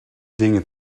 dingen